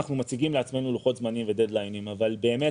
אנחנו מציגים לעצמנו לוחות זמנים ודד-ליינים אבל באמת,